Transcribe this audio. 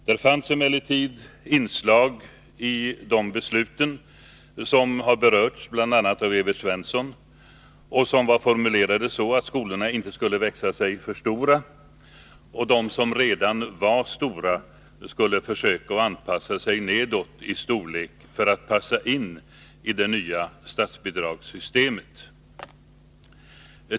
Det fanns emellertid inslag i de besluten — det har bl.a. berörts av Evert Svensson — som var formulerade så att skolorna inte skulle växa sig för stora, och att de som redan var stora skulle försöka anpassa sig nedåt i storlek, för att passa in i det nya statsbidragssystemet.